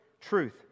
truth